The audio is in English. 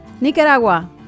Nicaragua